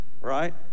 right